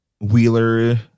wheeler